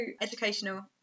educational